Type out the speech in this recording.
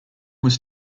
was